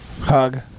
Hug